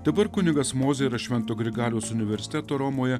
dabar kunigas mozė yra švento grigaliaus universiteto romoje